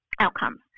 outcomes